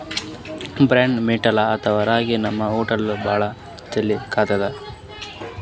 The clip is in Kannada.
ಬರ್ನ್ಯಾರ್ಡ್ ಮಿಲ್ಲೆಟ್ ಅಥವಾ ರಾಗಿ ನಮ್ ಹೊಟ್ಟ್ಯಾಗ್ ಭಾಳ್ ಜಲ್ದಿ ಕರ್ಗತದ್